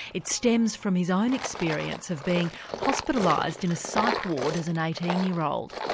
it stems from his own experience of being hospitalised in a psych ward as an eighteen year old.